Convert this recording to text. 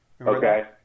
Okay